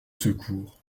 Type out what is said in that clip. secours